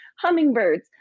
hummingbirds